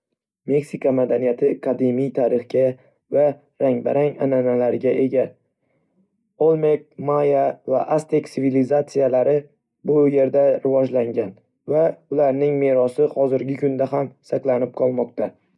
Meksika madaniyati qadimiy tarixga va rang-barang an'analarga ega. Olmec, Maya va Aztek tsivilizatsiyalari bu erda rivojlangan va ularning merosi hozirgi kunda ham saqlanib qolmoqda.